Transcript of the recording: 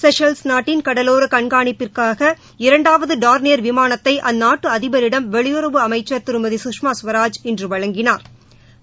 Seychelles நாட்டின் கடலோர கண்காணிப்பிற்காக இரண்டாவது டார்னியர் விமானத்தை அற்நாட்டு அதிபரிடம் வெளியுறவுத்துறை அமைச்சள் திருமதி சுஷ்மா ஸ்வராஜ் இன்று வழங்கினாா்